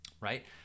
right